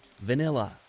vanilla